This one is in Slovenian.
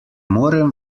morem